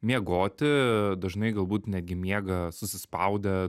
miegoti dažnai galbūt netgi miega susispaudę